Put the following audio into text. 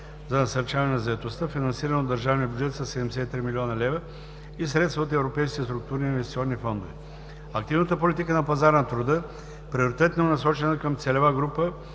за насърчаване на заетостта, финансиран от държавния бюджет със 73 млн. лв. и средства от Европейските структурни и инвестиционни фондове. Активната политика на пазара на труда приоритетно е насочвана към целевата група